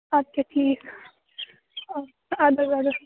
اَدٕ کیٛاہ ٹھیٖک اَدٕ حظ اَدٕ